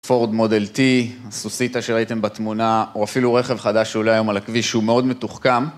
פורד מודל טי, הסוסיתא שראיתם בתמונה, או אפילו רכב חדש שעולה היום על הכביש, שהוא מאוד מתוחכם.